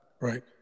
Right